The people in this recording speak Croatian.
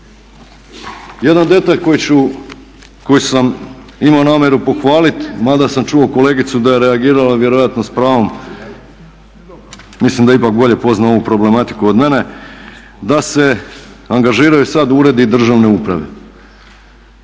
Jedan detalj koji sam imao namjeru pohvaliti, mada sam čuo kolegicu da je reagirala vjerojatno s pravom, mislim da ipak bolje pozna ovu problematiku od mene, da se angažiraju sada uredi državne uprave.